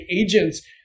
agents